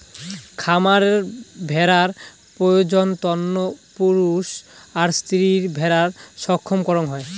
খামার ভেড়ার প্রজনন তন্ন পুরুষ আর স্ত্রী ভেড়ার সঙ্গম করাং হই